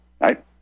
right